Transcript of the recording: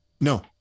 No